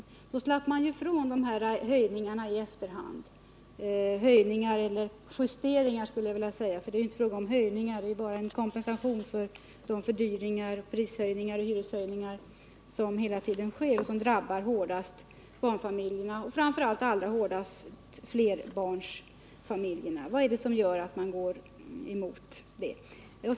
På det sättet skulle man ju slippa ifrån dessa höjningar i efterhand -— eller justeringar, skulle jag vilja säga, eftersom det inte är fråga om höjningar utan bara om kompensation för de fördyringar genom prisoch hyreshöjningar som hela tiden sker och som hårdast drabbar barnfamiljerna och framför allt flerbarnsfamiljerna. Varför går utskottet emot en sådan indexreglering?